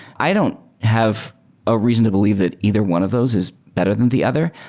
i don't have a reason to believe that either one of those is better than the other.